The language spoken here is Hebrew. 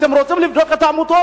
אתם רוצים לבדוק את העמותות?